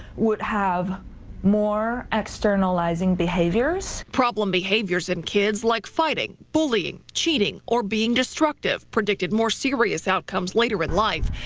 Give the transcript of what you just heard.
would have more externalizing behaviors. problem behaviors in kids like fighting, bullying, cheating or being destructive predicted more serious outcomes later in life.